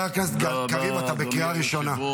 חבר הכנסת קריב, אתה בקריאה ראשונה.